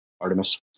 Artemis